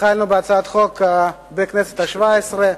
התחלנו בהצעת החוק בכנסת השבע-עשרה.